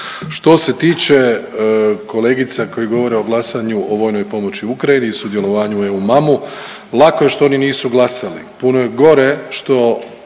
Što se tiče kolegica koji govore o glasanju o vojnoj pomoći Ukrajini i sudjelovanju u EUMAM-u, lako je što oni nisu glasali, puno je gore što